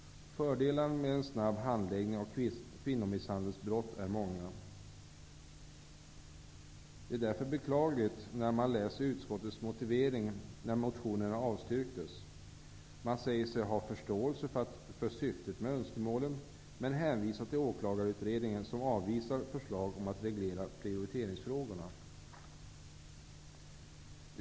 Fördelarna med en snabb handläggning av kvinnomisshandelsbrott är många. Utskottets motivering för att avstyrka motionerna är därför beklaglig. Man säger sig ha förståelse för syftet med önskemålen men hänvisar till Åklagarutredningen som avvisar förslag om att reglera prioriteringsfrågorna.